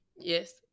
Yes